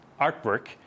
artwork